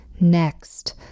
Next